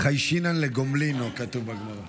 חיישינן לגומלין, כתוב בגמרא.